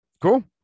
cool